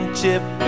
chip